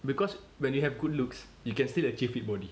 because when you have good looks you can still achieve that body